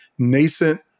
nascent